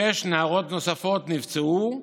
שש נערות נוספות נפצעו,